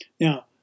Now